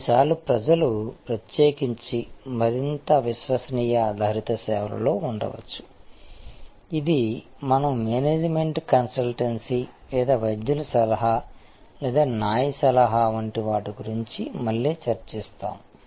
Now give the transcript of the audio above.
కొన్నిసార్లు ప్రజలు ప్రత్యేకించి మరింత విశ్వసనీయ ఆధారిత సేవలలో ఉండవచ్చు ఇది మనం మేనేజ్మెంట్ కన్సల్టెన్సీ లేదా వైద్యుల సలహా లేదా న్యాయ సలహా వంటి వాటి గురించి మళ్లీ చర్చిస్తాము